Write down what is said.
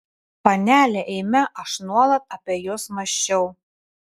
panele eime aš nuolat apie jus mąsčiau